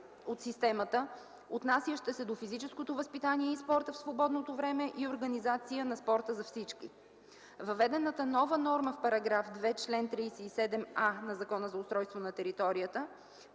от системата, отнасяща се до физическото възпитание и спорта в свободното време и организация на спорта за всички. Въведената нова норма в § 2 – чл. 37а на Закона за устройство на територията,